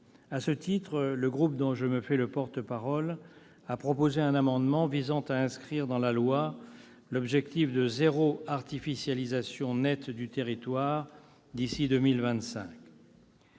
À ce titre, le groupe dont je me fais le porte-parole a déposé un amendement visant à inscrire dans la loi l'objectif de zéro artificialisation nette du territoire d'ici à 2025.